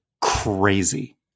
crazy